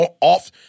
off